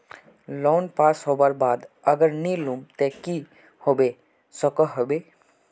Loan pass होबार बाद अगर नी लुम ते की होबे सकोहो होबे?